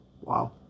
wow